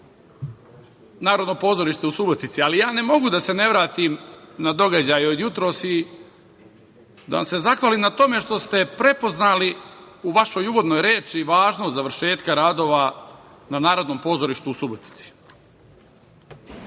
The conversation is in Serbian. Narodno pozorište u Subotici, ali ja ne mogu da se ne vratim na događaje od jutros i da vam se zahvalim na tome što ste prepoznali u vašoj uvodnoj reči važnost završetka radova na Narodnom pozorištu u Subotici. Kao